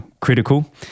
critical